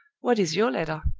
what is your letter?